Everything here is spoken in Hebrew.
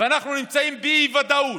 ואנחנו נמצאים באי-ודאות,